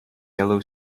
yellow